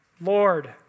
Lord